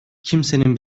kimsenin